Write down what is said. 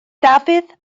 dafydd